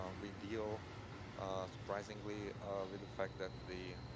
um we deal surprisingly with the fact that the